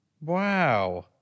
wow